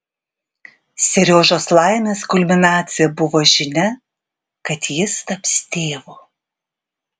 seriožos laimės kulminacija buvo žinia kad jis taps tėvu